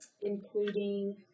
including